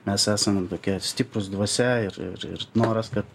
mes esame tokie stiprūs dvasia ir ir ir noras kad